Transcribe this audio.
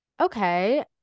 okay